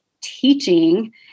teaching